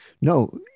no